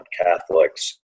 Catholics